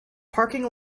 parking